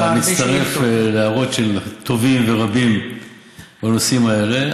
ואתה מצטרף להערות של רבים וטובים בנושאים האלה.